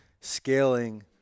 scaling